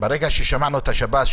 ברגע ששמענו את שב"ס,